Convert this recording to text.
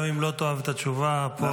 גם אם לא תאהב את התשובה פה,